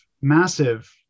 massive